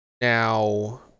Now